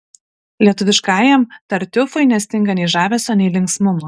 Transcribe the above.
lietuviškajam tartiufui nestinga nei žavesio nei linksmumo